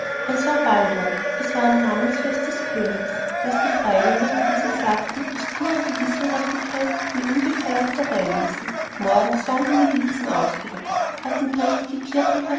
es war ball dort als am namensfest des königs das die freilinger wie sie sagten aus purer gewissenhaftigkeit nie ungefeiert vorbeiließen morgens waren die milizen ausgerückt hatten prächtige